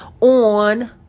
on